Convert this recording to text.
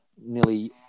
nearly